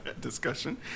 discussion